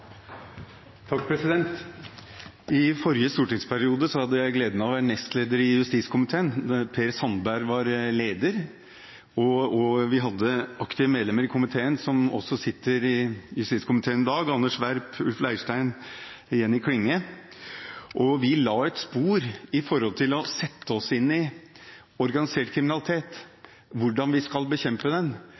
I forrige stortingsperiode hadde jeg gleden av å være nestleder i justiskomiteen, Per Sandberg var leder, og vi hadde aktive medlemmer i komiteen som også sitter i justiskomiteen i dag: Anders B. Werp, Ulf Leirstein, Jenny Klinge. Vi la et spor når det gjaldt å sette oss inn i organisert kriminalitet og hvordan vi skal bekjempe den.